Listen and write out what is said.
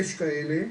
יש כאלה,